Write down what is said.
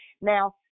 Now